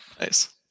Nice